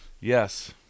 Yes